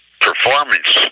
performance